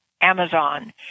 Amazon